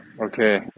Okay